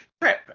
trip